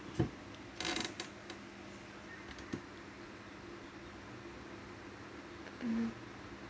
um